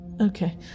Okay